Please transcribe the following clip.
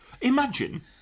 Imagine